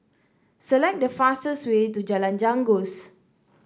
select the fastest way to Jalan Janggus